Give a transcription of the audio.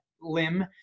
limb